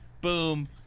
Boom